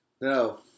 No